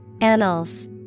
Annals